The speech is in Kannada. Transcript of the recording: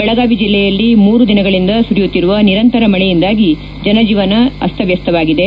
ಬೆಳಗಾವಿ ಜಿಲ್ಲೆಯಲ್ಲಿ ಮೂರು ದಿನಗಳಿಂದ ಸುರಿಯುತ್ತಿರುವ ನಿರಂತರ ಮಳೆಯಿಂದಾಗಿ ಜನಜೀವನ ತೀವ್ರ ಅಸ್ತವಸ್ಥವಾಗಿದೆ